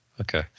Okay